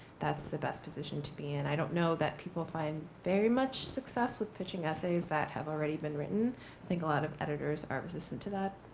that's the best position to be in. i don't know that people find very much success with pitching essays that have already been written. i think a lot of editors are resistant to that.